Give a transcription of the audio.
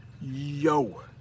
Yo